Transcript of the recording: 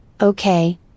okay